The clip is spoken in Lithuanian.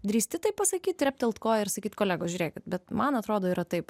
drįsti taip pasakyt treptelt koja ir sakyti kolegos žiūrėk bet man atrodo yra taip